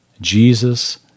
Jesus